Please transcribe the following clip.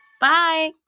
Bye